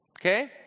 Okay